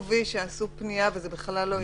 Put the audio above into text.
שסימנו "וי" שעשו פנייה וזה בכלל לא הגיע.